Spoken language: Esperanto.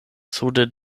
sude